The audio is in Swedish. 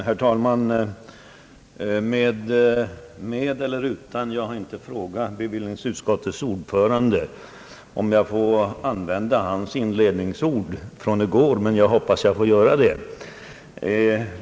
Herr talman! Jag har inte frågat bevillningsutskottets ordförande om jag får använda hans inledningsord från i går, men jag hoppas att jag får göra det.